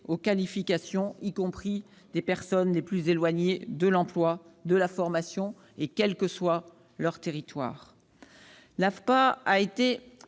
aux qualifications, y compris pour les personnes les plus éloignées de l'emploi et de la formation, quel que soit leur territoire.